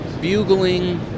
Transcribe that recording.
bugling